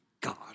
God